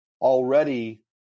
already